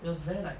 it was very like